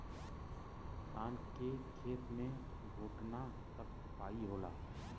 शान के खेत मे घोटना तक पाई होला